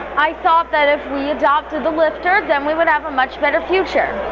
i thought that if we adopted the lftr then we would have a much better future.